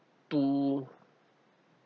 to